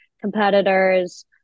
competitors